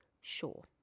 sure